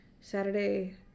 Saturday